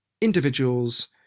individuals